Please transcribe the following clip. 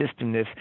systemness